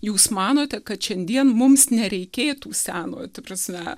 jūs manote kad šiandien mums nereikėtų senojo ta prasme